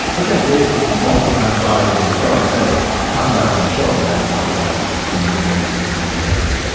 which i did multiple times while i was on the show, i just never talked about it on the show, but i had talked about it like on my various accounts or whatever.